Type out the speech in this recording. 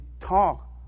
talk